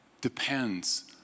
depends